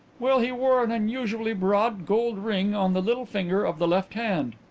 well, he wore an unusually broad gold ring on the little finger of the left hand.